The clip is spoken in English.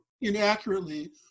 inaccurately